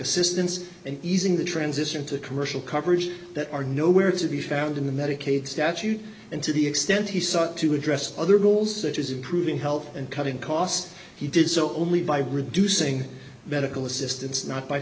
assistance and easing the transition to commercial coverage that are nowhere to be found in the medicaid statute and to the extent he sought to address other goals that his improving health and cutting costs he did so only by reducing medical assistance not by